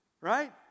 Right